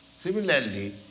Similarly